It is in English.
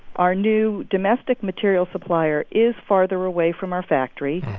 our new domestic materials supplier is farther away from our factory,